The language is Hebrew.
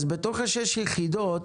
אז בתוך השש יחידות,